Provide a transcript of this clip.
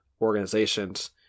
organizations